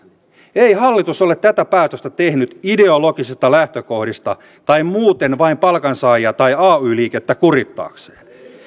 ei hallitus ole tätä päätöstä tehnyt ideologisista lähtökohdista tai muuten vain palkansaajia tai ay liikettä kurittaakseen